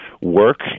work